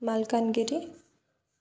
Malkangiri